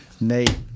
nate